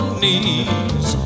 knees